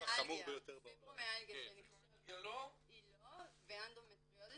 פיברומיאלגיה לא -- היא לא ואנדומטריוזיס